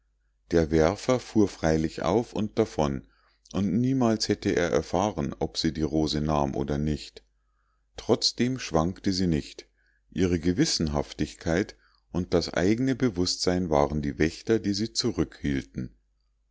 der werfer fuhr freilich auf und davon und niemals hätte er erfahren ob sie die rose nahm oder nicht trotzdem schwankte sie nicht ihre gewissenhaftigkeit und das eigne bewußtsein waren die wächter die sie